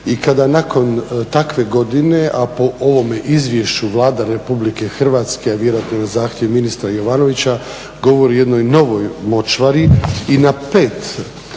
i kada nakon takve godine a po ovome izvješću Vlada RH vjerojatno na zahtjev ministra Jovanića govori o jednoj novoj močvari i na pet